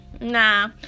nah